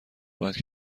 باید